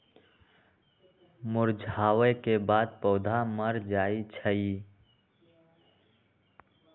मुरझावे के बाद पौधा मर जाई छई